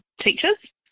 teachers